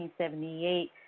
1978